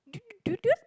do do you